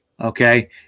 Okay